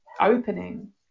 opening